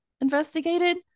investigated